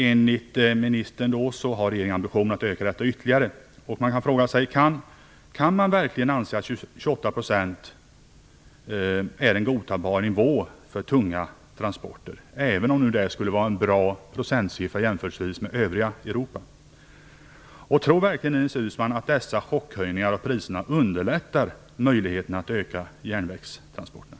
Enligt ministern har regeringen ambitionen att öka den andelen ytterligare. Kan man verkligen anse att 28 % är en godtagbar nivå för tunga transporter, även om det skulle vara en bra procentsiffra jämfört med övriga Europa? Tror verkligen Ines Uusmann att de här chockhöjningarna av priserna underlättar möjligheterna att öka järnvägstransporterna?